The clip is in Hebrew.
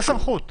יש סמכות.